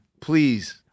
please